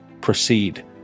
proceed